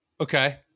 Okay